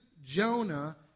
Jonah